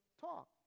talk